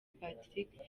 patrick